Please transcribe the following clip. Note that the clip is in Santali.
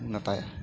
ᱢᱮᱛᱟᱭᱟ